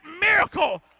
miracle